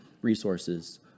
resources